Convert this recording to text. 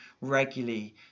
regularly